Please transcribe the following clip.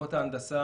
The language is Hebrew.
מחלקות ההנדסה